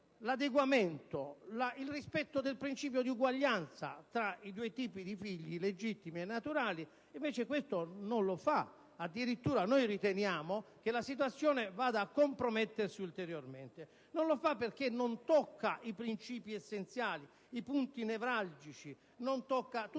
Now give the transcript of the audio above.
favorire il rispetto del principio di uguaglianza tra i figli legittimi e naturali, e invece non lo fa; addirittura, noi riteniamo che la situazione vada a comprometteresi ulteriormente. Non lo fa perché non tocca i principi essenziali, i punti nevralgici, tutti